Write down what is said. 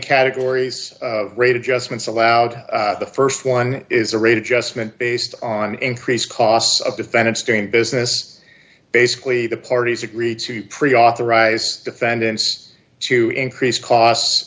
categories of rate adjustments allowed the st one is a rate adjustment based on increased costs of defendants during business basically the parties agree to pre authorize defendants to increase cos